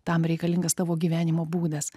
tam reikalingas tavo gyvenimo būdas